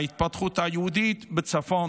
ההתפתחות היהודית בצפון.